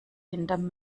hinterm